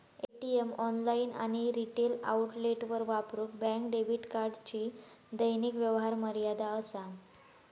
ATM, online आणि retail आउटलेटवर वापरूक बँक डेबिट कार्डची दैनिक व्यवहार मर्यादा असा